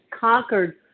conquered